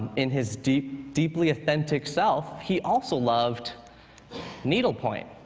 in his deeply deeply authentic self, he also loved needlepoint.